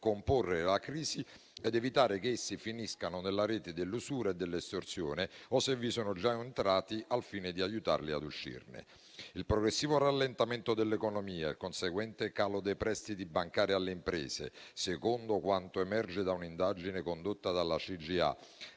comporre la crisi ed evitare che essi finiscano nella rete dell'usura e dell'estorsione o, se vi sono già entrati, al fine di aiutarli ad uscirne. Il progressivo rallentamento dell'economia, il conseguente calo dei prestiti bancari alle imprese, secondo quanto emerge da un'indagine condotta dalla CGA,